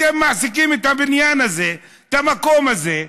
אתם מעסיקים את הבניין הזה, את המקום הזה,